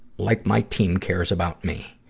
like my team cares about me.